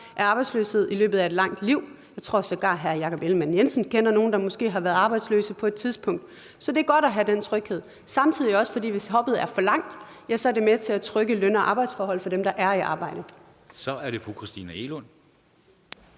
af arbejdsløshed i løbet af et langt liv – jeg tror sågar, at hr. Jakob Ellemann-Jensen kender nogen, der måske har været arbejdsløse på et tidspunkt – og så er det godt at have den tryghed, også fordi det, hvis hoppet er for langt, samtidig er med til at trykke løn- og arbejdsforhold for dem, der er i arbejde. Kl. 14:10 Første